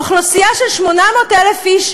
אוכלוסייה של 800,000 איש,